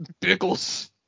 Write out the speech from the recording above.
pickles